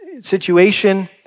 situation